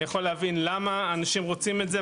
אני יכול להבין למה אנשים רוצים את זה.